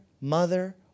mother